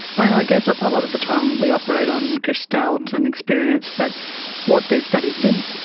i guess a lot of the time we operate on gestalt and experience, but what these studies did